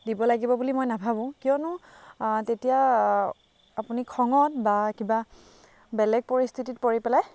দিব লাগিব বুলি মই নাভাবোঁ কিয়নো তেতিয়া আপুনি খঙত বা কিবা বেলেগ পৰিস্থিতিত পৰি পেলাই